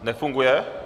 Nefunguje?